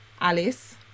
Alice